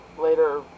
later